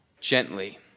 gently